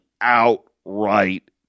outright